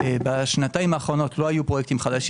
בשנתיים האחרונות לא היו פרויקטים חדשים.